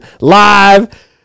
live